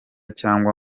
cyangwa